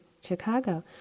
Chicago